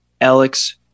Alex